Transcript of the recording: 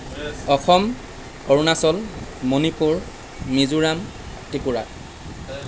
Assam Arunachal Manipur Mizoram Tripura